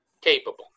capable